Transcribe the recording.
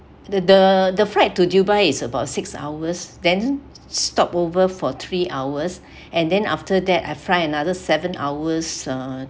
the the flight to dubai is about six hours then stopover for three hours and then after that I fly another seven hours uh